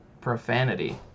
profanity